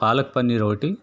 పాలక్ పన్నీర్ ఒకటి